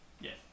Yes